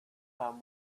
man